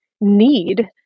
need